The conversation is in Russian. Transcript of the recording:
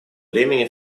времени